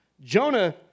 Jonah